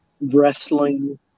wrestling